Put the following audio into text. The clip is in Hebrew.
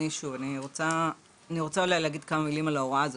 אני רוצה להגיד כמה מילים על ההוראה הזאת.